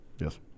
Yes